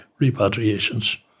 repatriations